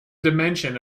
dimension